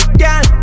girl